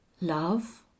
love